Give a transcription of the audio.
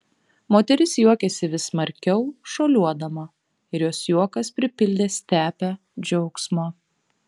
moteris juokėsi vis smarkiau šuoliuodama ir jos juokas pripildė stepę džiaugsmo